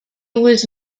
was